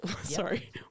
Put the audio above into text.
sorry